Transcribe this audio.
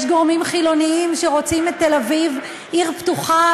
יש גורמים חילוניים שרוצים את תל-אביב עיר פתוחה,